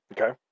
okay